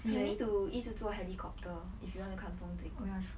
like need to 一直坐 helicopter if you want to 看风景